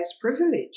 privilege